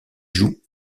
joues